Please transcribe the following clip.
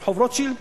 ברחוב רוטשילד,